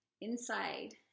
inside